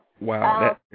Wow